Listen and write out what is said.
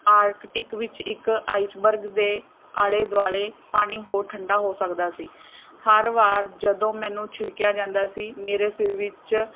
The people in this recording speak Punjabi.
ਆਰਕਟਿਕ ਵਿੱਚ ਇੱਕ ਆਈਸਬਰਗ ਦੇ ਆਲ਼ੇ ਦੁਆਲ਼ੇ ਪਾਣੀ ਹੋਰ ਠੰਡਾ ਹੋ ਸਕਦਾ ਸੀ ਹਰ ਵਾਰ ਜਦੋਂ ਮੈਨੂੰ ਛਿੜਕਿਆ ਜਾਂਦਾ ਸੀ ਮੇਰੇ ਸਿਰ ਵਿੱਚ